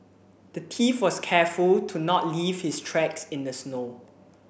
the thief was careful to not leave his tracks in the snow